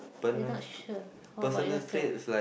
I not sure how about yourself